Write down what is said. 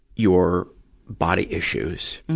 your body issues.